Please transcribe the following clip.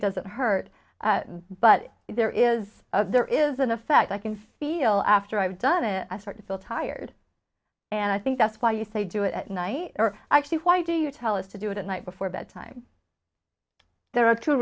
doesn't hurt but there is there is an effect i can feel after i've done it i start to feel tired and i think that's why you say do it at night or actually why do you tell us to do it at night before bedtime there are two